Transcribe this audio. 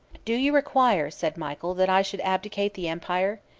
do you require, said michael, that i should abdicate the empire?